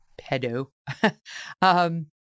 pedo